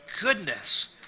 goodness